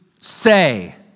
say